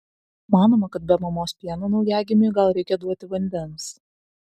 manoma kad be mamos pieno naujagimiui gal reikia duoti vandens